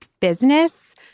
business